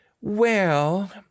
Well